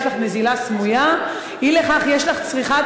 יש לך נזילה סמויה ואי לכך יש לך צריכה,